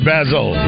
Basil